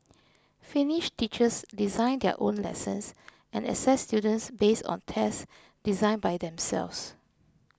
finnish teachers design their own lessons and assess students based on tests designed by themselves